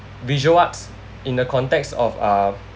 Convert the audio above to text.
visual arts in the context of uh